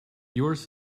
yours